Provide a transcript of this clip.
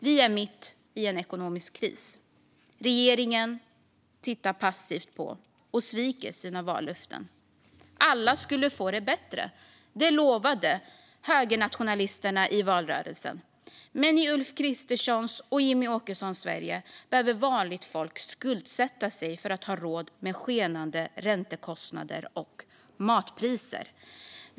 Vi är mitt i en ekonomisk kris. Regeringen tittar passivt på och sviker sina vallöften. Alla skulle få det bättre. Det lovade högernationalisterna i valrörelsen. Men i Ulf Kristerssons och Jimmie Åkessons Sverige behöver vanligt folk skuldsätta sig för att ha råd med skenande räntekostnader och matpriser.